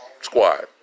squad